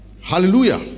Hallelujah